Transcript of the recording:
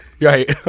Right